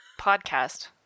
podcast